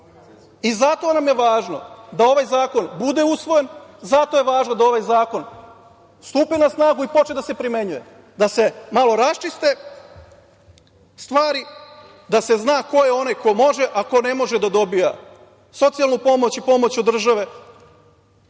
bolje. Zato nam je važno da ovaj zakon bude usvojen. Zato je važno da ovaj zakon stupi na snagu i počne da se primenjuje, da se malo raščiste stvari, da se zna ko je onaj ko može, a ko ne može da dobija socijalnu pomoć i pomoć od države. Potpuno